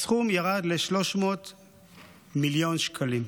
הסכום ירד ל-300 מיליון שקלים.